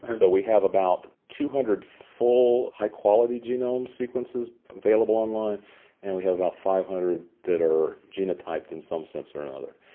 so, we have about two hundred full high-quality genome sequences available online and we have about five hundred that are genotyped in some sense or another.